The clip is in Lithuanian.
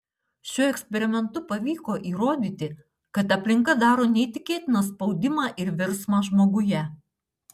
šiuo eksperimentu pavyko įrodyti kad aplinka daro neįtikėtiną spaudimą ir virsmą žmoguje